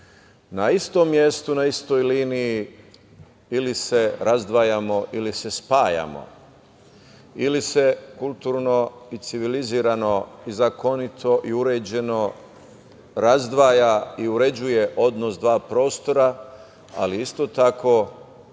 Na istom mestu, na istoj liniji ili se razdvajamo, ili se spajamo ili se kulturno i civilizovano i zakonito i uređeno razdvaja i uređuje odnos dva prostora, ali isto tako